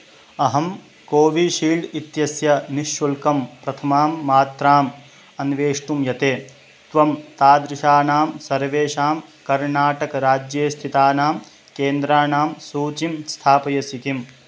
अहं कोविशील्ड् इत्यस्य निःशुल्कं प्रथमां मात्राम् अन्वेष्टुं यते त्वं तादृशानां सर्वेषां कर्णाटकराज्ये स्थितानां केन्द्राणां सूचीं स्थापयसि किम्